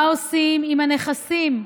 מה עושים עם הנכסים?